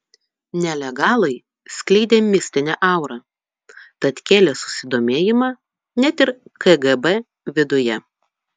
nelegalai skleidė mistinę aurą tad kėlė susidomėjimą net ir kgb viduje